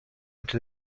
into